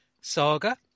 saga